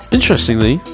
Interestingly